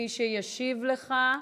מי שישיב לך,